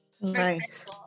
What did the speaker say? Nice